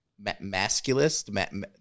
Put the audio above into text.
masculist